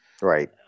Right